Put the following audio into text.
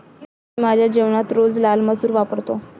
मी माझ्या जेवणात रोज लाल मसूर वापरतो